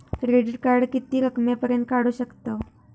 Credit card किती रकमेपर्यंत काढू शकतव?